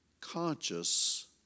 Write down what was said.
conscious